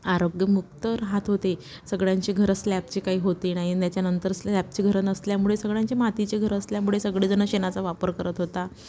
आरोग्यमुक्त राहात होते सगळ्यांचे घर स्लॅबचे काही होते नाही न त्याच्यानंतर स्लॅबचे घरं नसल्यामुळे सगळ्यांचे मातीचे घर असल्यामुळे सगळे जण शेणाचा वापर करत होता